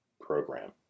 program